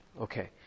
Okay